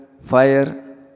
fire